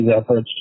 efforts